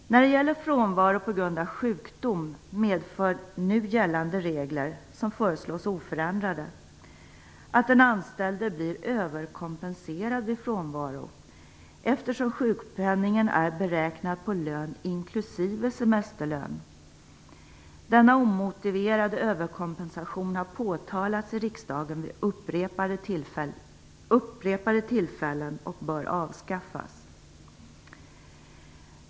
När det gäller frånvaro på grund av sjukdom medför nu gällande regler, som föreslås oförändrade, att den anställde blir överkompenserad vid frånvaro eftersom sjukpenningen är beräknad på lön inklusive semesterlön. Denna omotiverade överkompensation har påtalats i riksdagen vid upprepade tillfällen, och bör avskaffas.